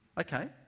Okay